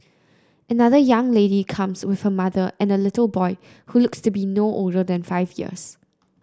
another young lady comes with her mother and a little boy who looks to be no older than five years